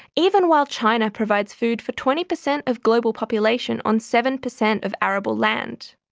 even while china provides food for twenty percent of global population on seven percent of arable land.